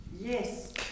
Yes